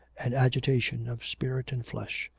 and agitation of spirit and flesh.